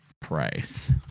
price